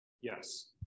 Yes